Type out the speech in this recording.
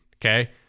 Okay